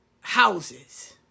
houses